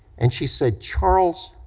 and she said, charles,